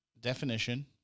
definition